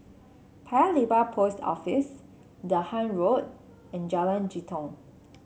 Paya Lebar Post Office Dahan Road and Jalan Jitong